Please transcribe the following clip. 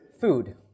food